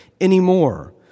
anymore